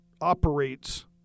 operates